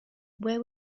where